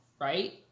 Right